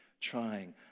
trying